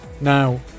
Now